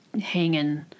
hanging